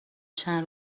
چند